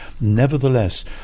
Nevertheless